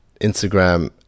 Instagram